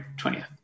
20th